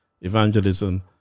evangelism